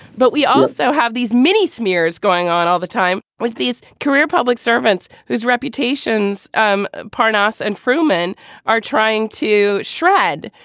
but we also have these mini smears going on all the time with these career public servants whose reputations um panos and frumin are trying to shred.